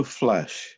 flesh